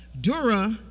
Dura